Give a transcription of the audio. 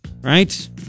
Right